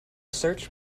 search